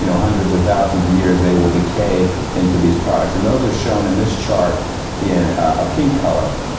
you know hundreds or thousands of years they will decay into these products, and those are shown in this chart in a pink color.